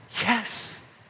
yes